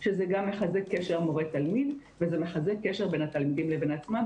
זה גם מחזק קשר מורה-תלמיד וזה מחזק קשר בין התלמידים לבין עצמם,